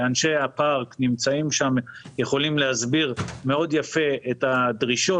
אנשי הפארק שנמצאים בוועדה יכולים להסביר יפה מאוד את הדרישות.